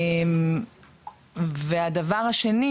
הדבר השני,